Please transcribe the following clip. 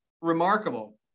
remarkable